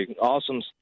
Awesome